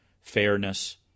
fairness